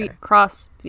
cross